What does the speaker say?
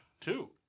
Two